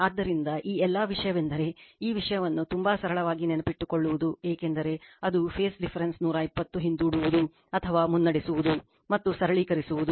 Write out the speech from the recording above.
ಆದ್ದರಿಂದ ಈ ಎಲ್ಲ ವಿಷಯವೆಂದರೆ ಈ ವಿಷಯವನ್ನು ತುಂಬಾ ಸರಳವಾಗಿ ನೆನಪಿಟ್ಟುಕೊಳ್ಳುವುದು ಏಕೆಂದರೆ ಅದು ಫೇಸ್ ಡಿಫರೆನ್ಸ್ 120o ಹಿಂದೂಡುವುದು ಅಥವಾ ಮುನ್ನಡೆಸುವುದು ಮತ್ತು ಸರಳೀಕರಿಸುವುದು